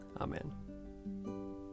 Amen